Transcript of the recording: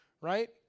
right